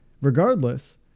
regardless